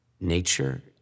nature